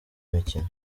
mikino